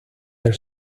del